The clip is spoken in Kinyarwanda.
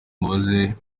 mubaze